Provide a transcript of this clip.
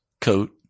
coat